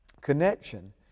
connection